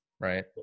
right